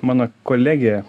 mano kolegė